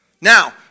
Now